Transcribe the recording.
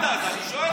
אתה שאלת אז אני שואל.